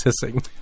hissing